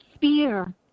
fear